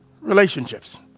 relationships